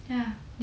ya